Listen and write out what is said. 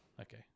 okay